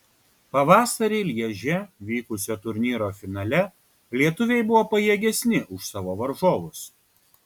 pavasarį lježe vykusio turnyro finale lietuviai buvo pajėgesni už savo varžovus